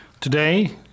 today